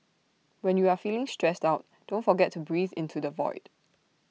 when you are feeling stressed out don't forget to breathe into the void